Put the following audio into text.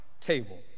table